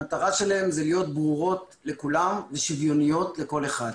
המטרה שלהן זה לא להיות ברורות לכולם ושוויוניות לכל אחד.